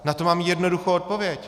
Na to mám jednoduchou odpověď.